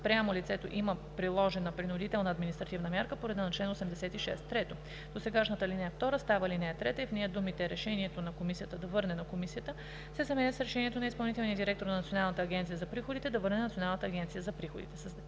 спрямо лицето има приложена принудителна административна мярка по реда на чл. 86.“ 3. Досегашната ал. 2 става ал. 3 и в нея думите „решението на Комисията да върне на Комисията“ се заменят с „решението на изпълнителния директор на Националната агенция за приходите да върне на Националната агенция за приходите“.